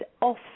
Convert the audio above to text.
off